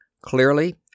Clearly